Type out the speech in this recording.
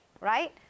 right